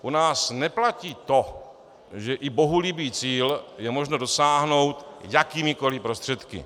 U nás neplatí to, že i bohulibý cíl je možno dosáhnout jakýmikoliv prostředky.